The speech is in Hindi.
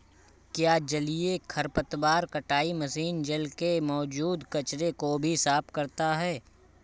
क्या जलीय खरपतवार कटाई मशीन जल में मौजूद कचरे को भी साफ करता है?